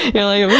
healing!